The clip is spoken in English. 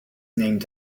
named